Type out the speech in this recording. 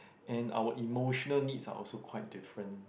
and our emotional needs are also quite different